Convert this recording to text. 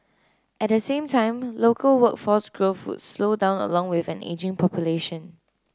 at the same time local workforce growth would slow down along with an ageing population